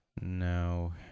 no